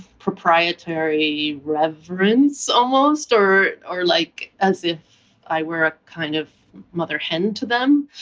proprietary reverence almost, or or like as if i were a kind of mother hen to them.